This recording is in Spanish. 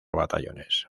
batallones